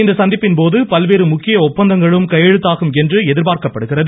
இந்த சந்திப்பின்போது பல்வேறு முக்கிய ஒப்பந்தங்களும் கையெழுத்தாகும் என தெரிகிறது